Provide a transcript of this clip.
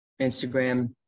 Instagram